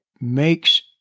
makes